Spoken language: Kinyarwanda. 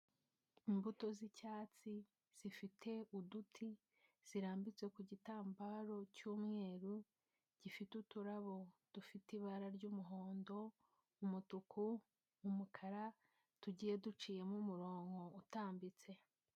Imbuto z'icyatsi zifite uduti zirambitse ku gitambaro cy'umweru gifite uturabo dufite ibara ry'umuhondo, umutuku, umukara, tugiye duciyemo umurongo utambitse.